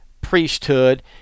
priesthood